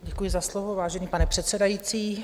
Děkuji za slovo, vážený pane předsedající.